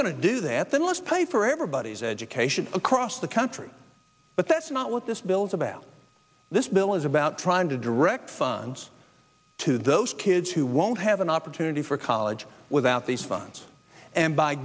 to do that then let's pay for everybody's education across the country but that's not what this bill is about this bill is about trying to direct funds to those kids who won't have an opportunity for college without these funds and by